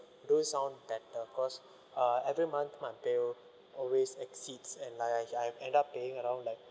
do sound better cause uh every month my bill always exceeds and like I I end up paying around like